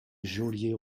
geôlier